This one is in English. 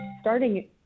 starting